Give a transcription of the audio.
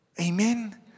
Amen